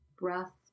breath